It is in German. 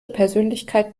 persönlichkeit